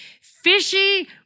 Fishy